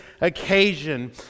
occasion